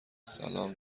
سلام